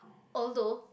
although